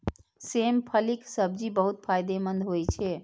सेम फलीक सब्जी बहुत फायदेमंद होइ छै